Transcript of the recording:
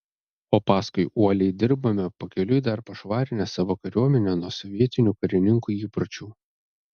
o paskui uoliai dirbome pakeliui dar pašvarinę savo kariuomenę nuo sovietinių karininkų įpročių